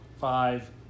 Five